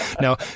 now